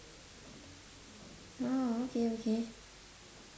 orh okay okay